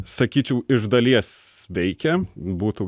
sakyčiau iš dalies veikia būtų